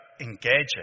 engaging